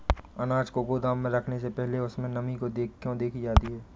अनाज को गोदाम में रखने से पहले उसमें नमी को क्यो देखी जाती है?